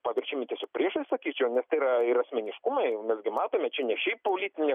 paverčiami tiesiog priešais sakyčiau nes tai yra ir asmeniškumai mes gi matome čia ne šiaip politinė